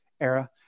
era